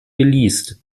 geleast